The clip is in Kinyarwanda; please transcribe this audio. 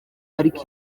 ariko